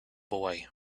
boy